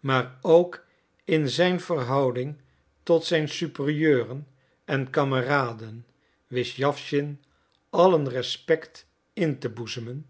maar ook in zijn verhouding tot zijn superieuren en kameraden wist jawschin allen respect in te boezemen